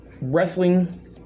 wrestling